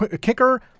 kicker